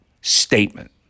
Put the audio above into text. statement